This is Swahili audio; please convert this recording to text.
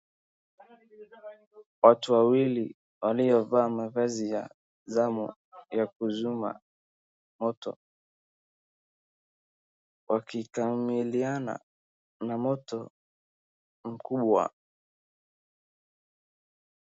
Watu wawili waliovaa mavazi ya zamu ya kuzima moto wakikamiliana na moto mkubwa.